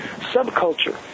subculture